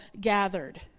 gathered